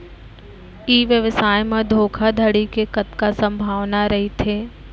ई व्यवसाय म धोका धड़ी के कतका संभावना रहिथे?